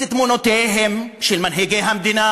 את תמונותיהם של מנהיגי המדינה,